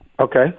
Okay